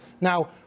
Now